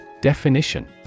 Definition